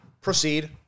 Proceed